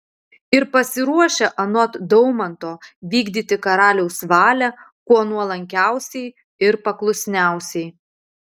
ir pasiruošę anot daumanto vykdyti karaliaus valią kuo nuolankiausiai ir paklusniausiai